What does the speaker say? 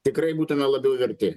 tikrai būtume labiau verti